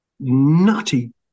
nutty